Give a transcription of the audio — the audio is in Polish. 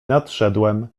nadszedłem